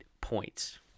points